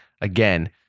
Again